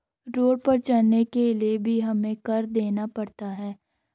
road पर चलने के लिए भी हमें कर देना पड़ता है